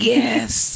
yes